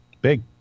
big